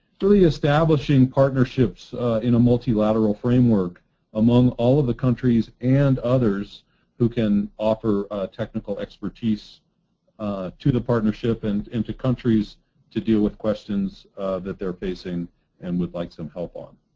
really establishing partnerships in a multi-lateral framework among all of the countries and others who can offer technical expertise to the partnership and countries to deal with questions that they're facing and would like some help on.